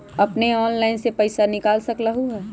अपने ऑनलाइन से पईसा निकाल सकलहु ह?